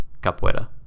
capoeira